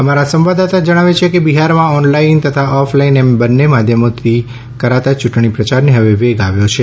અમારા સંવાદદાતા જણાવે છે કે બિહારમાં ઓનલાઇન તથા ઓફ લાઇન એમ બંને માધ્યમોથી કરાતા ચૂંટણી પ્રચારને હવે વેગ આવ્યો છે